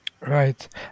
Right